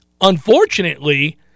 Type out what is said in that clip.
Unfortunately